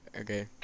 Okay